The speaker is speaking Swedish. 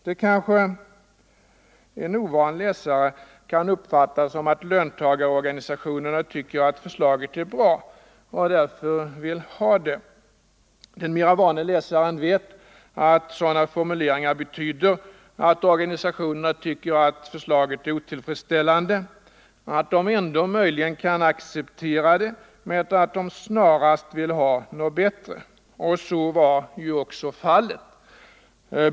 Detta kanske en ovan läsare kan uppfatta som att löntagarorganisationerna tycker att förslaget är bra och därför vill ha det. Den mera vane läsaren vet att sådana formuleringar betyder att organisationerna tycker att förslaget är otillfredsställande, att de ändå möjligen kan acceptera det men att de snarast vill ha något bättre. Och så var även fallet.